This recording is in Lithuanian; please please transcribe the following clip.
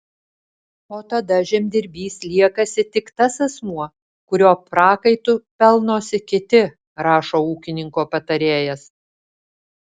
o tada žemdirbys liekasi tik tas asmuo kurio prakaitu pelnosi kiti rašo ūkininko patarėjas